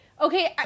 Okay